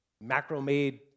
Macro-made